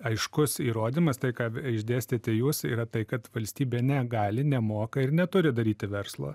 aiškus įrodymas tai ką išdėstėte jūs yra tai kad valstybė negali nemoka ir neturi daryti verslo